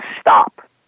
stop